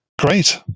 Great